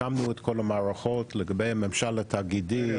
הקמנו את כל המערכות לגבי הממשל התאגידי --- רגע,